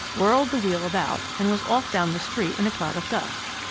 whirled the wheel about, and was off down the street in a cloud of dust.